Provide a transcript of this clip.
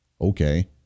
Okay